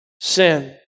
sin